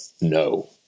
no